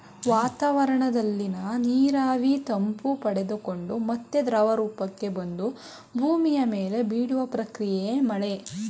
ವಾತಾವರಣದಲ್ಲಿನ ನೀರಾವಿ ತಂಪು ಪಡೆದುಕೊಂಡು ಮತ್ತೆ ದ್ರವರೂಪಕ್ಕೆ ಬಂದು ಭೂಮಿ ಮೇಲೆ ಬೀಳುವ ಪ್ರಕ್ರಿಯೆಯೇ ಮಳೆ